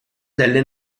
delle